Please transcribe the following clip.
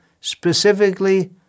specifically